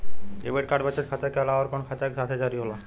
Debit card बचत खाता के अलावा अउरकवन खाता के साथ जारी होला?